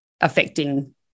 affecting